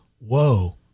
whoa